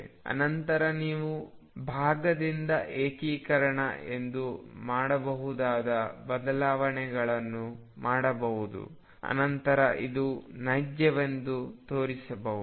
ಅನಂತರ ನೀವು ಭಾಗದಿಂದ ಏಕೀಕರಣ ಇಂದ ಮಾಡಬಹುದಾದ ಬದಲಾವಣೆಗಳನ್ನು ಮಾಡಬಹುದು ಅನಂತರ ಇದು ನೈಜವೆಂದು ತೋರಿಸಬಹುದು